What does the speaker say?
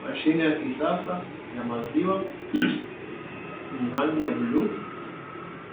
Mashine ya kisasa ya maziwa yenye rangi ya bluu,